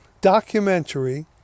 documentary